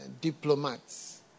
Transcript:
diplomats